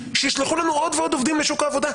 שישלחו לנו עוד ועוד עובדים לשוק העבודה,